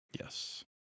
Yes